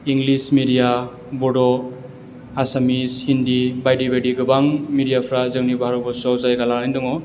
English media बड' आसामिस हिन्दि बायदि बायदि गोबां मिडियाफ्रा जोंनि भारतबर्सआव जायगा लानानै दङ